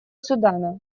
судана